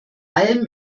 allem